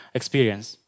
experience